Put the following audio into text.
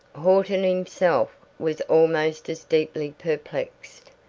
horton himself was almost as deeply perplexed.